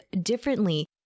differently